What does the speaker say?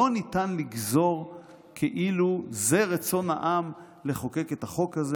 לא ניתן לגזור כאילו זה רצון העם לחוקק את החוק הזה.